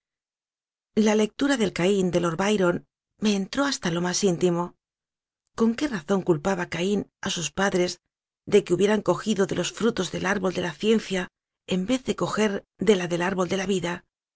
la lectura del caín de lord byron me entró hasta lo más íntimo con que razón culpaba caín a sus padres de que hubieran cojido de los frutos del árbol de la ciencia en en vez de cojer de la del árbol de la vidal